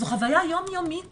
זו חוויה יום יומית